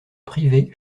privé